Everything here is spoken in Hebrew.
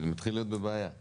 אני מתחיל להיות בבעיה.